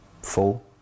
Full